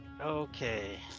Okay